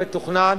מתוכנן,